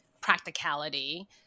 practicality